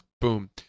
Boom